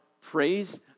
praise